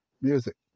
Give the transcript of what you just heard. Music